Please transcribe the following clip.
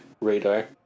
radar